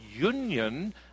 union